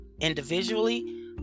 individually